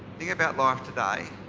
think about life today,